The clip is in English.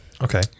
Okay